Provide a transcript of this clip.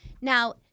Now-